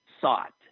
sought